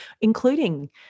including